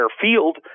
field